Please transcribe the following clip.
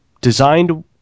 designed